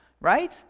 Right